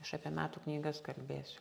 aš apie metų knygas kalbėsiu